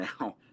now